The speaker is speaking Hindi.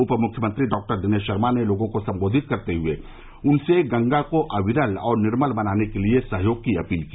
उप मुख्यमंत्री डॉ दिनेश शर्मा ने लोगों को संबोधित करते हुए उनसे गंगा को अविरल और निर्मल बनाने के लिए सहयोग की अपील की